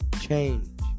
change